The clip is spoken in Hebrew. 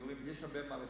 יש הרבה מה לעשות.